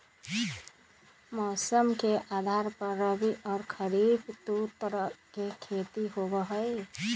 मौसम के आधार पर रबी और खरीफ दु तरह के खेती होबा हई